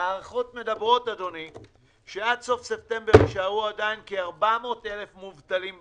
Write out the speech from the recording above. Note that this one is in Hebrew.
הערכות מדברות שעד סוף ספטמבר יישארו כ-400,000 מובטלים במשק.